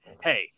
hey